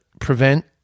prevent